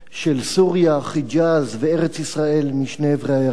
של סוריה, חיג'אז וארץ-ישראל משני עברי הירדן,